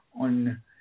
on